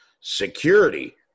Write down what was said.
security